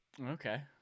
Okay